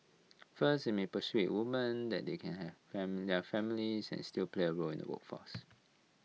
first IT may persuade women that they can have familiar families and still play A role in the workforce